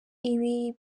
ibi